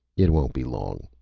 it won't be long,